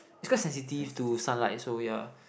is quite sensitive to sunlight so ya